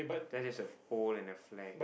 that's just a pole and a flag